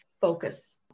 focus